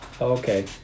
Okay